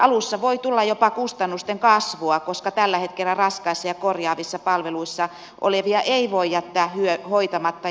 alussa voi tulla jopa kustannusten kasvua koska tällä hetkellä raskaissa ja korjaavissa palveluissa olevia ei voi jättää hoitamatta